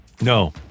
No